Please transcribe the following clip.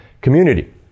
community